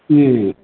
Sunil